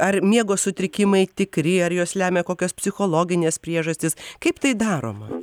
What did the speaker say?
ar miego sutrikimai tikri ar juos lemia kokios psichologinės priežastys kaip tai daroma